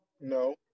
no